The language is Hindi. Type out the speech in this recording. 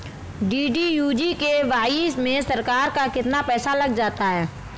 डी.डी.यू जी.के.वाई में सरकार का कितना पैसा लग जाता है?